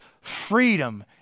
freedom